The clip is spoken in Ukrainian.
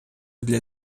для